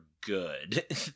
good